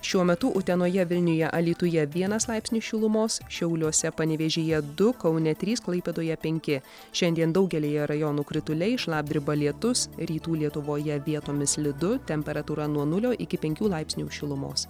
šiuo metu utenoje vilniuje alytuje vienas laipsnis šilumos šiauliuose panevėžyje du kaune trys klaipėdoje penki šiandien daugelyje rajonų krituliai šlapdriba lietus rytų lietuvoje vietomis slidu temperatūra nuo nulio iki penkių laipsnių šilumos